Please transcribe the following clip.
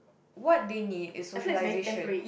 what they need is socialisation